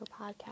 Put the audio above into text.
podcast